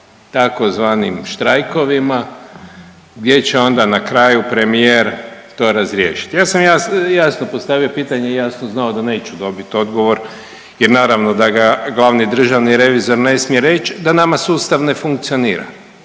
tzv. štrajkovima gdje će onda na kraju premijer to razriješiti. Ja sam jasno postavio pitanje i jasno znao da neću dobiti odgovor jer naravno da ga glavni državni revizor ne smije reći da nama sustav ne funkcionira.